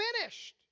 finished